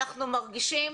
אנחנו מרגישים